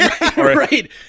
right